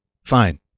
Fine